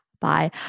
Bye